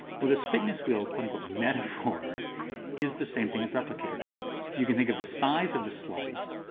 well this fitness wheel metaphor is the same thing as replicator dynamics. you can think of the size of the slice.